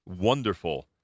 wonderful